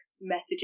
messages